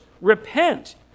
repent